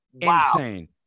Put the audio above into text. insane